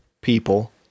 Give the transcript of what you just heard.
people